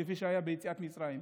כפי שהיה ביציאת מצרים,